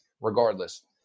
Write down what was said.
regardless